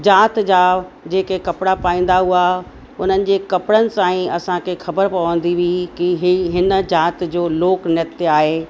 जाति जा जेके कपिड़ा पाईंदा हुआ उन्हनि जे कपिड़नि सां ई असांखे ख़बर पवंदी हुई कि ही हिन जाति जो लोक नृत्य आहे